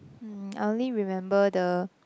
hmm I only remember the